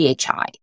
PHI